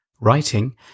writing